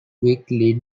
quickly